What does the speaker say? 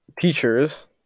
teachers